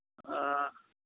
ꯑ